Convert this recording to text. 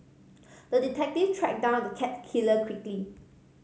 the detective tracked down the cat killer quickly